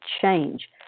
change